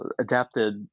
adapted